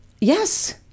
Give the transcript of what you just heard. Yes